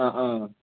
ആ ആ